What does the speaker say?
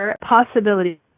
possibility